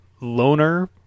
loner